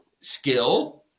skill